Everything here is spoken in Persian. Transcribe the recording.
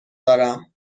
دارم